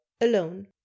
Alone